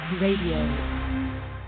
RADIO